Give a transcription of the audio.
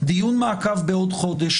דיון מעקב בעוד חודש.